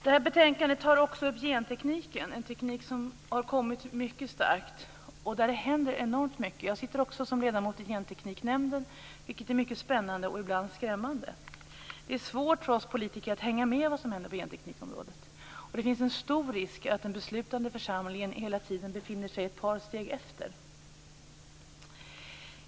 I betänkandet tas också gentekniken upp, en teknik som har kommit mycket starkt och där det händer enormt mycket. Jag sitter med som ledamot i Gentekniknämnden, vilket är mycket spännande men ibland också skrämmande. Det är svårt för oss politiker att hänga med i vad som händer på genteknikområdet. Risken är stor att den beslutande församlingen hela tiden befinner sig ett par steg efter.